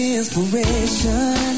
inspiration